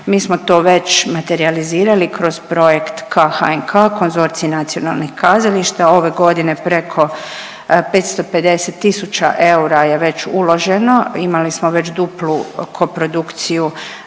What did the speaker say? Mi smo to već materijalizirali kroz projekt K-HNK, konzorcij nacionalnih kazališta, ove godine preko 550 tisuća eura je već uloženo, imali smo već duplu koprodukciju